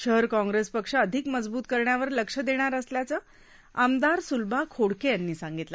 शहर काँग्रेस पक्ष अधिक मजबूत करण्यावर लक्ष देणार असल्याचं आमदार स्लभा खोडके यांनी सांगितलं